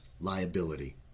liability